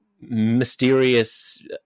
mysterious